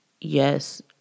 yes